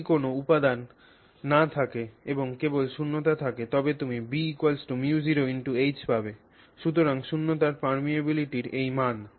যদি কোনও উপাদান না থাকে এবং কেবল শূন্যতা থাকে তবে তুমি Bμ0H পাবে সুতরাং শূন্যতার পারমিয়াবিলিটির এই মান